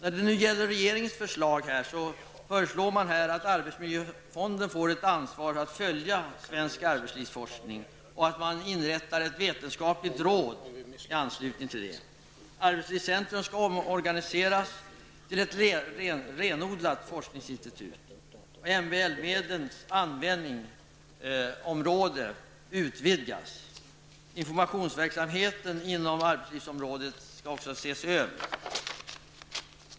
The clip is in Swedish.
Regeringen föreslår att arbetsmiljöfonden får ett ansvar att följa svensk arbetslivsforskning och att man i anslutning därtill inrättar ett vetenskapligt råd. Arbetslivscentrum omorganiseras till ett renodlat forskningsinstitut, och MBL-medlens användningsområde utvidgas. Informationsverksamheten inom arbetslivsområdet skall också ses över.